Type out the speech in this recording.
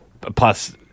plus